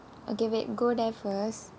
okay wait go there first